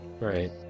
Right